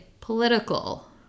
political